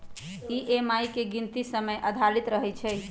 EMI के गीनती समय आधारित रहै छइ